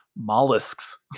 mollusks